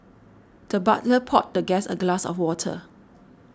the butler poured the guest a glass of water